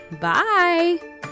Bye